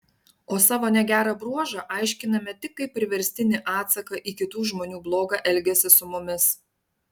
o savo negerą bruožą aiškiname tik kaip priverstinį atsaką į kitų žmonių blogą elgesį su mumis